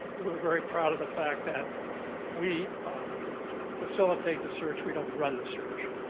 we're very proud of the fact that we facilitate the search. we don't run the search.